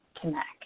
connect